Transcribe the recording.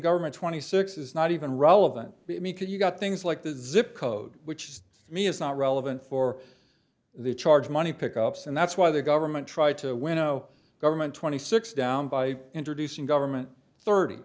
government twenty six is not even relevant could you got things like the zip code which to me is not relevant for the charge money pick ups and that's why the government try to winnow government twenty six down by introducing government thirty